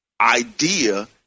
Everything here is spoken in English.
idea